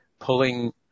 pulling